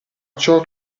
ciò